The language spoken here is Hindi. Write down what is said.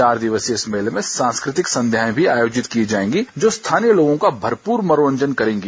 चार दिवसीय इस मेले में सांस्कृतिक संध्याएं भी आयोजित की जाएगी जो स्थानीय लोगों का भरपूर मनोरंजन करेंगी